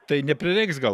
tai neprireiks gal